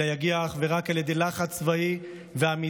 אלא יגיע אך ורק על ידי לחץ צבאי ועמידה